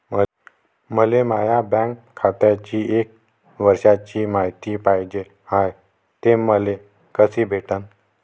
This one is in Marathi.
मले माया बँक खात्याची एक वर्षाची मायती पाहिजे हाय, ते मले कसी भेटनं?